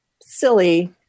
silly